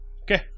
Okay